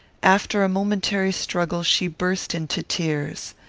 after a momentary struggle she burst into tears.